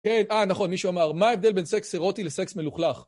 כן, אה, נכון, מישהו אמר, מה ההבדל בין סקס אירוטי לסקס מלוכלך?